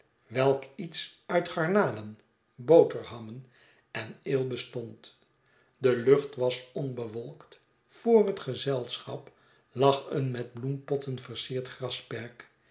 welk iets uit garnalen boterhammen en ale bestond de lucht was onbewolkt voor het gezelschap lag een met bloempotten versierd grasperk